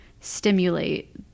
stimulate